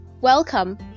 welcome